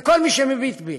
של כל מי שמביט בי.